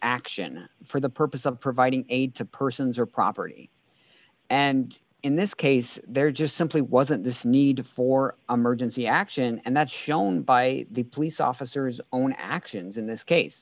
action for the purpose of providing aid to persons or property and in this case they're just simply wasn't this need for a mergence action and that's shown by the police officers own actions in this case